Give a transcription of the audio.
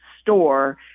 store